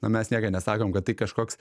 na mes niekad nesakom kad tai kažkoks